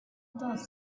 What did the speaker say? dos